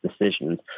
decisions